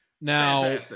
now